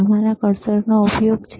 આ તમારા કર્સરનો ઉપયોગ છે